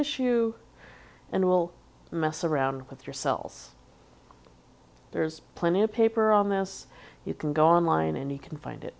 tissue and will mess around with your self there's plenty of paper on this you can go online and you can find it